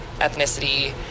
ethnicity